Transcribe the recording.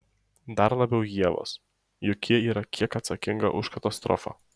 dar labiau ievos juk ji yra kiek atsakinga už katastrofą